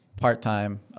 part-time